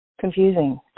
confusing